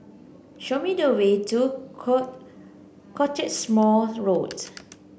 show me the way to Cottesmore Road